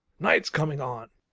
night's coming on!